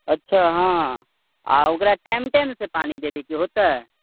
अच्छा हँ आ ओकरा टाइम टाइमसँ पानि देबयके होतै